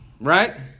right